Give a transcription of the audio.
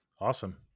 Awesome